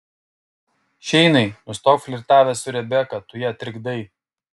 šeinai nustok flirtavęs su rebeka tu ją trikdai